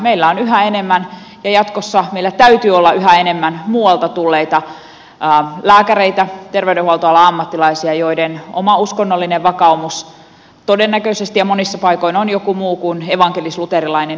meillä on yhä enemmän ja jatkossa meillä täytyy olla yhä enemmän muualta tulleita lääkäreitä terveydenhuoltoalan ammattilaisia joiden oma uskonnollinen vakaumus todennäköisesti ja monissa paikoin on joku muu kuin evankelisluterilainen